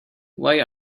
why